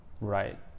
right